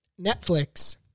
Netflix